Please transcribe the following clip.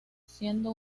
siendo